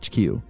HQ